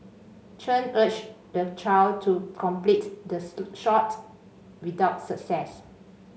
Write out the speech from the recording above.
chen urged the child to complete the shot without success